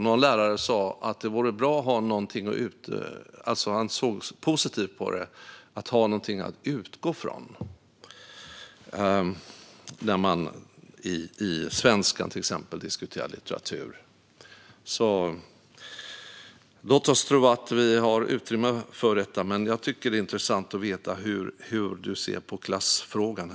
Någon lärare såg positivt på detta och sa: Det vore bra att ha någonting att utgå ifrån när man till exempel i svenskan diskuterar litteratur. Låt oss tro att vi har utrymme för en kulturkanon. Men jag tycker att det vore intressant att få veta hur du ser på klassfrågan.